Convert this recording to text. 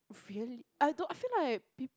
really I don't I feel like